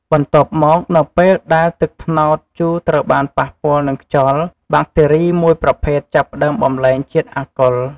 បន្ទាប់មក នៅពេលដែលទឹកត្នោតជូរត្រូវបានប៉ះពាល់នឹងខ្យល់ បាក់តេរីមួយប្រភេទចាប់ផ្ដើមបំប្លែងជាតិអាល់កុល។